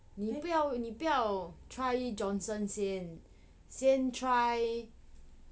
the~ then 不要你不要 try johnson 先 try